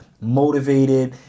motivated